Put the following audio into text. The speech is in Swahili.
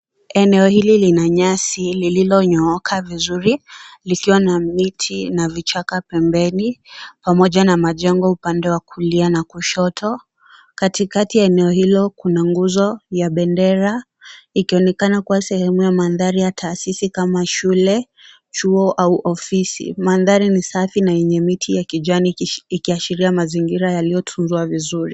Eneo hili lina nyasi lililonyooka vizuri likiwa na miti na vichaka pembeni pamoja na majengo upande wa kulia na kushoto. Katikati ya eneo hilo kuna nguzo ya bendera ikionekana kuwa sehemu ya mandhari ya taasisi kama shule, chuo au ofisi. Mandhari ni safi na yenye miti ya kijani ikiashiria mazingira yaliyotunzwa vizuri.